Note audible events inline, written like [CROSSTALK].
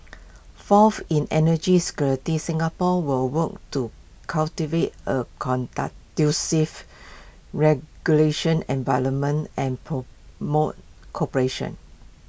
fourth in energy security Singapore will work to cultivate A [UNINTELLIGIBLE] regulation environment and promote cooperation